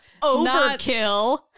overkill